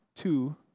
two